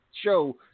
show